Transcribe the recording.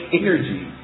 energy